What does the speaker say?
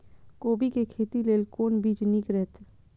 कोबी के खेती लेल कोन बीज निक रहैत?